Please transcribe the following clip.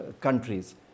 countries